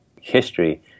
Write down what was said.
history